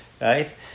Right